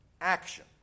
action